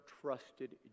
trusted